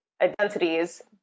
identities